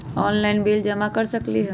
Online bill जमा कर सकती ह?